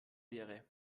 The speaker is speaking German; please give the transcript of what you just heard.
wäre